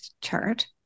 chart